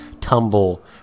tumble